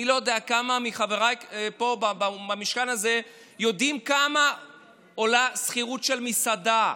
אני לא יודע כמה מחבריי פה במשכן הזה יודעים כמה עולה שכירות של מסעדה.